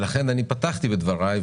לכן אני פתחתי את דבריי,